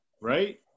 right